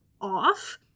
off